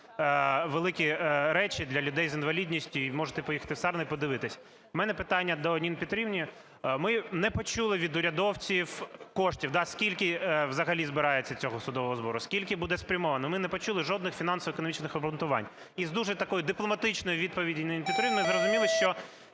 великі речі для людей з інвалідністю і можете поїхати в Сарни і подивитися. В мене питання до Ніни Петрівни. Ми не почули від урядовців коштів, да, скільки взагалі збирається цього судового збору, скільки буде спрямовано, ми не почули жодних фінансово-економічних обґрунтувань. Із дуже такої дипломатичної відповіді Ніни Петрівни зрозуміло, що